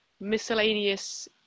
miscellaneous